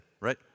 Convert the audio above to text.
right